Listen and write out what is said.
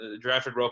drafted